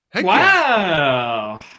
wow